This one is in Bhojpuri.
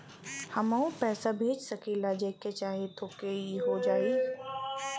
हमहू पैसा भेज सकीला जेके चाही तोके ई हो जाई?